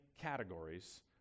categories